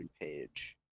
page